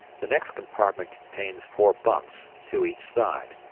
the next compartment contains four bunks, two each side,